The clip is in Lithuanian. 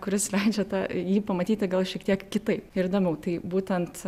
kuris leidžia tą jį pamatyti gal šiek tiek kitaip ir įdomiau tai būtent